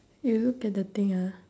you look at the thing ah